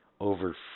over